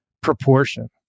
proportion